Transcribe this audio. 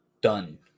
Done